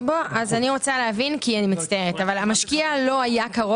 אז אני רוצה להבין כי אני מצטערת אבל המשקיע לא היה,